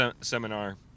seminar